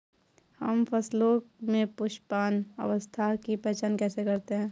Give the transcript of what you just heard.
हम फसलों में पुष्पन अवस्था की पहचान कैसे करते हैं?